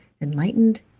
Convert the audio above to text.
enlightened